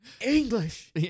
English